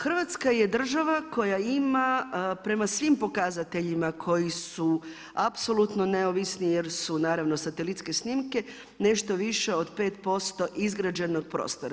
Hrvatska je država koja ima prema svim pokazateljima koji su apsolutno neovisni jer su naravno satelitske snimke nešto više od 5% izgrađenog prostora.